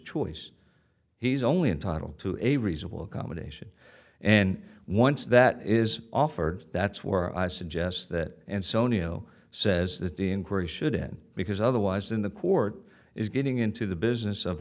choice he's only entitle to a reasonable accommodation and once that is offered that's where i suggest that and so neo says that the inquiry should end because otherwise in the court is getting into the business of